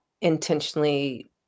intentionally